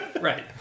right